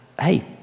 hey